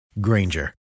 Granger